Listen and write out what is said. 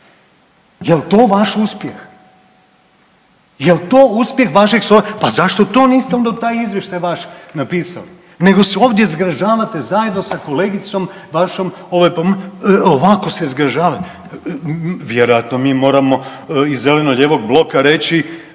jel to vaš uspjeh, jel to uspjeh vašeg, pa zašto to niste onda u taj izvještaj vaš napisali nego se ovdje zgražavate zajedno sa kolegicom vašom, ovako se zgražavate. Vjerojatno mi moramo iz zeleno-lijevog bloka reći